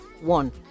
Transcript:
one